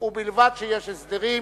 ובלבד שיש הסדרים.